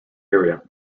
area